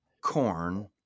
corn